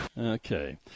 Okay